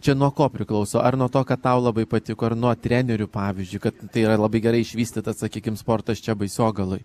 čia nuo ko priklauso ar nuo to kad tau labai patiko ir nuo trenerių pavyzdžiui kad tai yra labai gerai išvystytas sakykim sportas čia baisogaloj